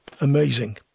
amazing